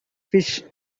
fish